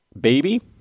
baby